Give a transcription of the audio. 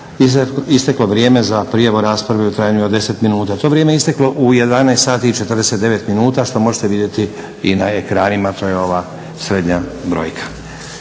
isteklo vrijeme za prijavu rasprave u trajanju od 10 minuta. To vrijeme je isteklo u 11,49 minuta što možete vidjeti i na ekranima. To je ova srednja brojka.